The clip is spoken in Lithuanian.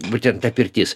būtent ta pirtis